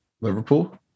Liverpool